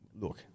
Look